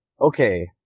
okay